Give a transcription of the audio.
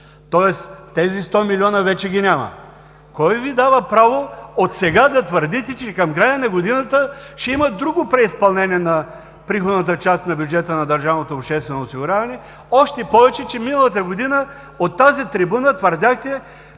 Тоест, тези 100 милиона вече ги няма. Кой Ви дава право отсега да твърдите, че към края на годината ще има друго преизпълнение на приходната част на бюджета на държавното обществено осигуряване, още повече че миналата година от тази трибуна твърдяхте,